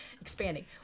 expanding